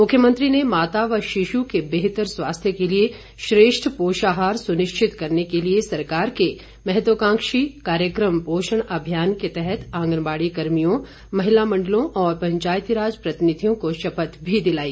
मुख्यमंत्री ने माता व शिश् के बेहतर स्वास्थ्य के लिए श्रेष्ठ पोषाहार सुनिश्चित करने के लिए सरकार के महत्वकांक्षी कार्यक्रम पोषण अभियान के तहत आंगनबाड़ी कर्मियों महिला मंडलों और पंचायतीराज प्रतिनिधियों को शपथ भी दिलाई